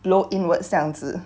blow inwards 这样子